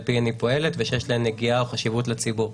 פיהן היא פועלת ושיש להן נגיעה או חשיבות לציבור.